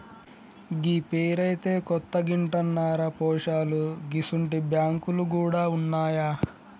గీ పేరైతే కొత్తగింటన్నరా పోశాలూ గిసుంటి బాంకులు గూడ ఉన్నాయా